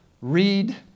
Read